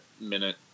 minute